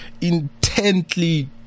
intently